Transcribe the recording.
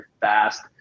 fast